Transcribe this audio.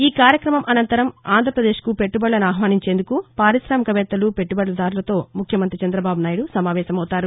ఈ కార్యక్రమం అనంతరం ఆంధ్రప్రదేశ్కు పెట్టబడులను ఆహ్వానించేందుకు పారిశామిక వేత్తలు పెట్లుబడిదారులతో ముఖ్యమంతి చందబాబు నాయుడు సమావేశమవుతారు